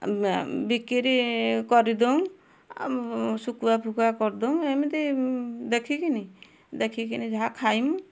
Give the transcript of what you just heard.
ବିକିରି କରି ଦଉଁ ଆଉ ଶୁଖୁଆ ଫୁଖୁଆ କରି ଦଉଁ ଏମିତି ଦେଖି କିନି ଦେଖିକିନି ଯାହା ଖାଇମୁ